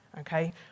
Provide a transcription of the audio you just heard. okay